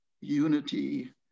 unity